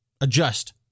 adjust